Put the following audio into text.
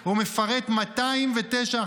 הוא מפרט 209 החלטות.